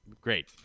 great